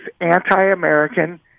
anti-American